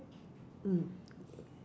mm